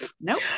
Nope